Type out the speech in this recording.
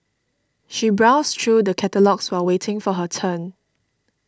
she browsed through the catalogues while waiting for her turn